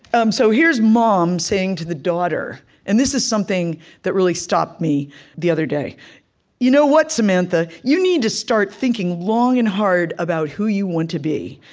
um so here's mom saying to the daughter and this is something that really stopped me the other day you know what, samantha? you need to start thinking long and hard about who you want to be.